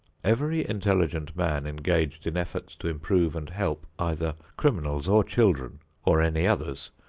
every intelligent man engaged in efforts to improve and help either criminals or children or any others,